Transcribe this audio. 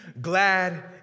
glad